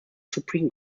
supreme